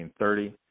1930